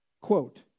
quote